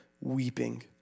weeping